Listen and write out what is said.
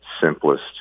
simplest